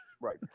Right